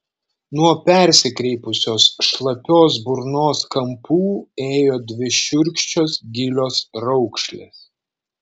nuo persikreipusios šlapios burnos kampų ėjo dvi šiurkščios gilios raukšlės